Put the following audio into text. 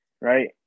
right